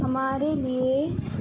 ہمارے لیے